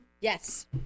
Yes